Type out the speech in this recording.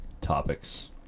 topics